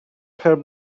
her